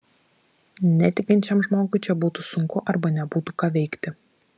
netikinčiam žmogui čia būtų sunku arba nebūtų ką veikti